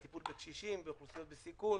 לטיפול בקשישים ואוכלוסיות בסיכון,